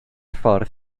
ffordd